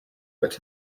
but